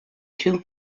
two